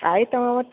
आहे तव्हां वटि